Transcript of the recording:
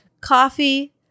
coffee